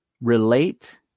relate